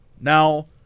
Now